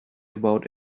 about